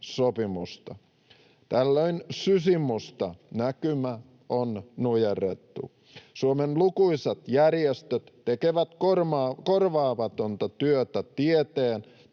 sopimusta. Tällöin sysimusta näkymä on nujerrettu. Suomen lukuisat järjestöt tekevät korvaamatonta työtä tieteen,